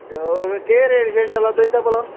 चलो केह् रेट शेट चला दा एह्दे भला